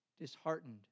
disheartened